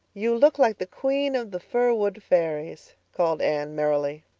you look like the queen of the fir wood fairies, called anne merrily.